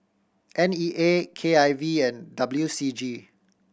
N E A K I V and W C G